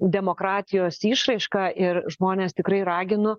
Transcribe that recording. demokratijos išraiška ir žmones tikrai raginu